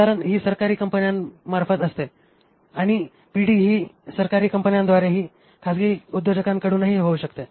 प्रसारण ही सरकारी कंपन्यांमार्फत असते आणि पिढी ही सरकारी कंपन्यांद्वारेही खासगी उद्योजकांकडूनही होऊ शकते